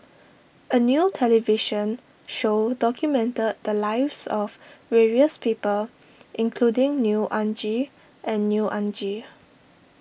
a new television show documented the lives of various people including Neo Anngee and Neo Anngee